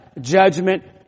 judgment